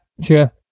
sure